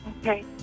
Okay